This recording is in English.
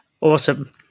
Awesome